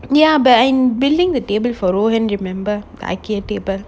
ya but I'm building a table for rohan remember